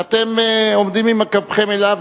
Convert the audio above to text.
ואתם עומדים עם גבכם אליו.